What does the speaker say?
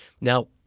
Now